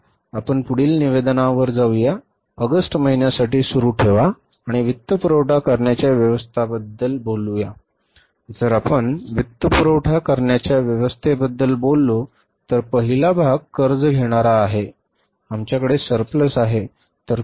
चला आपण पुढील निवेदनावर जाऊया ऑगस्ट महिन्यासाठी सुरू ठेवा आणि वित्तपुरवठा करण्याच्या व्यवस्थेबद्दल बोलू या जर आपण वित्तपुरवठा करण्याच्या व्यवस्थेबद्दल बोललो तर पहिला भाग कर्ज घेणारा आहे आमच्याकडे surplus आहे